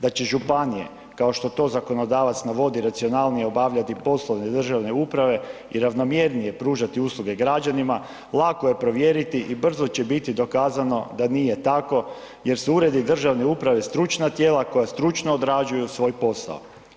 Da će županije, kao što to zakonodavac navodi, racionalnije obavljati poslove državne uprave i ravnomjernije pružati usluge građanima, lako je provjeriti i brzo će biti dokazano da nije tako jer su uredi državne uprave stručna tijela koja stručno odrađuju svoj posao.